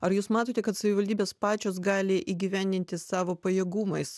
ar jūs matote kad savivaldybės pačios gali įgyvendinti savo pajėgumais